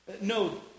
No